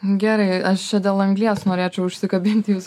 gerai aš čia dėl anglies norėčiau užsikabinti jūs